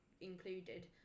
included